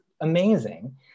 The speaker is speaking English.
amazing